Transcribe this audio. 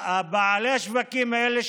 בעלי השווקים האלה,